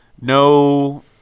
no